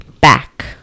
back